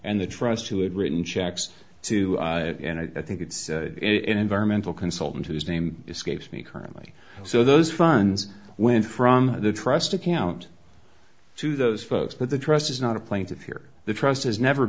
and the trust who had written checks to it and i think it's an environmental consultant whose name escapes me currently so those funds went from the trust account to those folks but the trust is not a plaintiff here the trust has never